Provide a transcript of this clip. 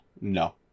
No